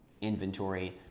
inventory